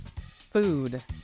food